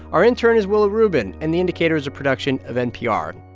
our intern is willa rubin. and the indicator is a production of npr